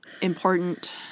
important